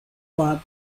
club